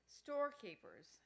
storekeepers